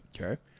okay